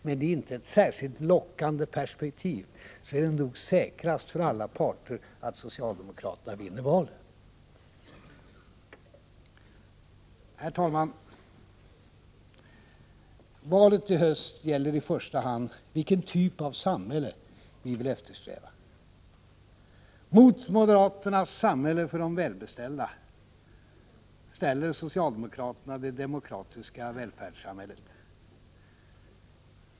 Men det är inte ett särskilt lockande perspektiv, så det är nog säkrast för alla parter att socialdemokraterna vinner valet. Herr talman! Valet i höst gäller i första hand vilken typ av samhälle vi eftersträvar. Mot moderaternas samhälle för de välbeställda ställer socialdemokraterna det demokratiska välfärdssamhället.